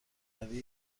روی